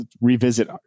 revisit